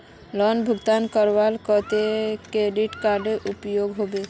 Loan भुगतान करवार केते डेबिट कार्ड उपयोग होबे?